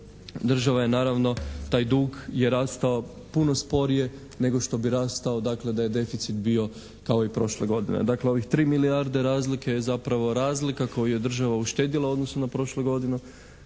država je naravno taj dug je rastao puno sporije nego što bi rastao dakle da je deficit bio kao i prošle godine. Dakle ovih 3 milijarde razlike je zapravo razlika koju je država uštedila u odnosu na prošlu godinu